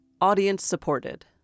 audience-supported